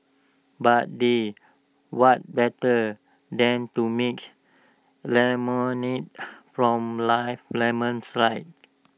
but they what better than to make lemonade from life's lemons right